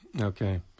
okay